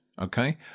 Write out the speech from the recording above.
okay